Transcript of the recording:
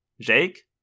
Jake